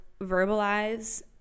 verbalize